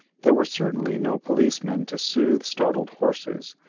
there were certainly no policemen to soothe startled horses,